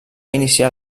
iniciar